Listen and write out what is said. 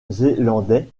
zélandais